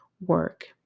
work